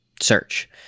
search